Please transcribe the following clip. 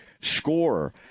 scorer